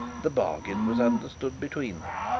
the bargain was understood between them,